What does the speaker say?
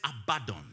abandon